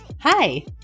Hi